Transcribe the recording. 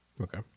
Okay